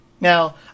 Now